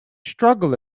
struggle